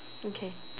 okay